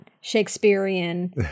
Shakespearean